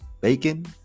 Bacon